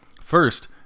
First